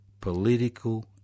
political